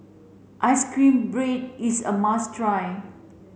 ice cream bread is a must try